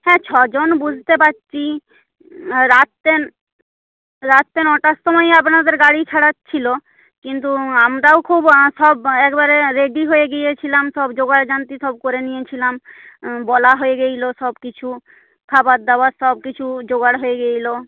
হ্যাঁ ছ জন বুঝতে পারছি রাত্রে রাত্রে নটার সময়ই আপনাদের গাড়ি ছাড়ার ছিল কিন্তু আমরাও খুব সব একবারে রেডি হয়ে গিয়েছিলাম সব জোগাড়যন্ত্র সব করে নিয়েছিলাম বলা হয়ে গিয়েছিল সব কিছু খাবার দাবার সব কিছু জোগাড় হয়ে গিয়েছিল